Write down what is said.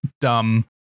dumb